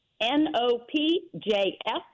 N-O-P-J-F